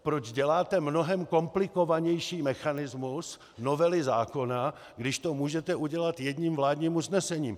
Proč děláte mnohem komplikovanější mechanismus novely zákona, když to můžete udělat jedním vládním usnesením?